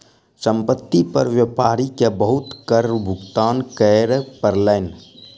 संपत्ति पर व्यापारी के बहुत कर भुगतान करअ पड़लैन